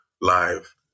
live